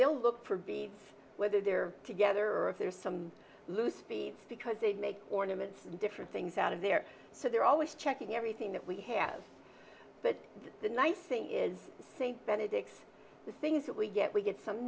they'll look for beads whether they're together or if there's some loose speeds because they make ornaments different things out of there so they're always checking everything that we have but the nice thing is i think benedix the things that we get we get some